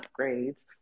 upgrades